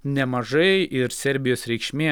nemažai ir serbijos reikšmė